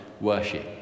worship